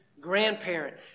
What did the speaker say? grandparent